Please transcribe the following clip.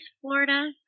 Florida